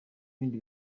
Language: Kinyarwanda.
bindi